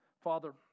Father